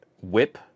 whip